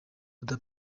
oda